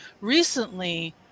recently